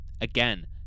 Again